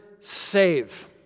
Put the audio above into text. save